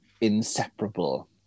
inseparable